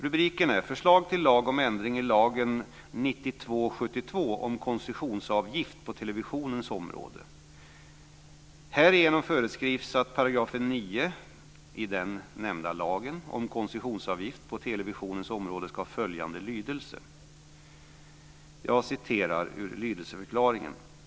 Rubriken är: "Förslag till lag om ändring i lagen Jag citerar i lydelseförklaringen: "Härigenom föreskrivs att 9 § lagen om koncessionsavgift på televisionens område skall ha följande lydelse.